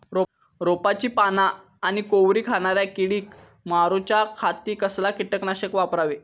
रोपाची पाना आनी कोवरी खाणाऱ्या किडीक मारूच्या खाती कसला किटकनाशक वापरावे?